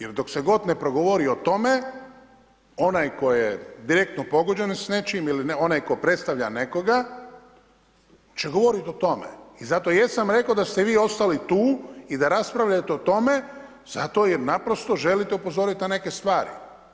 Jer dok se god ne progovori o tome, onaj tko je direktno pogođen s nečim ili onaj tko predstavlja nekoga će govorit o tome i zato jesam rekao da ste vi ostali tu i da raspravljate o tome zato jer naprosto želite upozorit na neke stvari.